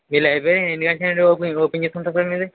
మీ library ఎన్ని గంటల నుండి ఓపెన్ ఓపెన్ చేసి ఉంటుంది సార్ మీది